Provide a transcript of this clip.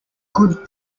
good